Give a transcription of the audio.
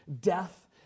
death